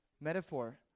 metaphor